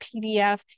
PDF